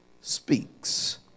speaks